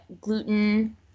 gluten